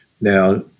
now